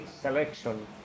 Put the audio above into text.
selection